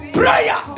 prayer